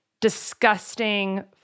Disgusting